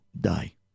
die